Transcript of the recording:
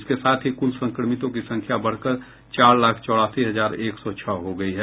इसके साथ ही कुल संक्रमितों की संख्या बढ़कर चार लाख चौरासी हजार एक सौ छह हो गयी है